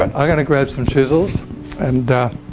and i'm going to grab some chisels and